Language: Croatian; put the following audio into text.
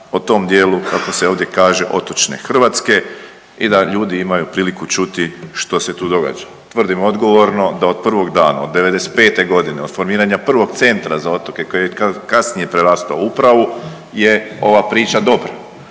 o tom dijelu kako se ovdje kaže otočne Hrvatske i da ljudi imaju priliku čuti što se tu događa. Tvrdim odgovorno da od prvog dana od '95.g. od formiranja prvog centra za otoke koji je kasnije prerastao u upravu je ova priča dobra.